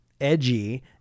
edgy